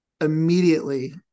immediately